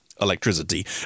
electricity